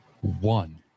one